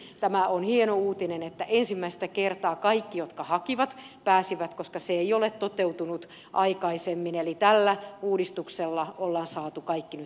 eli siltä osin tämä on hieno uutinen että ensimmäistä kertaa kaikki jotka hakivat pääsivät koska se ei ole toteutunut aikaisemmin eli tällä uudistuksella ollaan saatu kaikki nyt kouluun